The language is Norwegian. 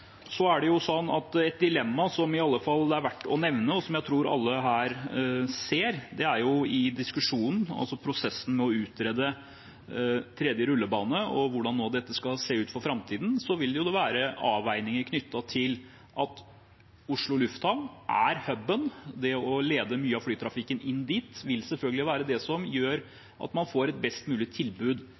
Et dilemma som det i hvert fall er verdt å nevne, og som jeg tror at alle her ser, er at det i diskusjonen og prosessen med å utrede en tredje rullebane og hvordan det skal se ut for framtiden, vil være avveininger knyttet til at Oslo lufthavn er «huben». Det å lede mye av flytrafikken inn dit vil selvfølgelig være det som gjør at man får et best mulig tilbud